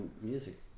music